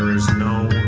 is no